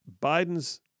Biden's